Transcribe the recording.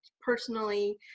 personally